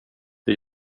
det